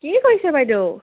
কি কৰিছে বাইদেউ